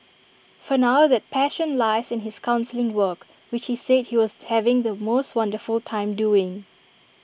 for now that passion lies in his counselling work which he said he was having the most wonderful time doing